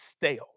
stale